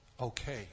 Okay